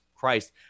Christ